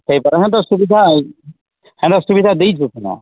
ସେଇ ମୋତେ ଅସୁବିଧା ହେନ ଅସୁବିଧା ଦେଇଛ ସିନା